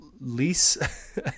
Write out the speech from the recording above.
lease